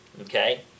okay